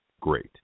Great